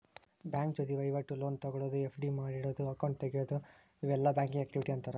bank ಜೊತಿ ವಹಿವಾಟು, loan ತೊಗೊಳೋದು, ಎಫ್.ಡಿ ಮಾಡಿಡೊದು, ಅಕೌಂಟ್ ಮಾಡೊದು ಇವೆಲ್ಲಾ ಬ್ಯಾಂಕಿಂಗ್ ಆಕ್ಟಿವಿಟಿ ಅಂತಾರ